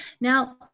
Now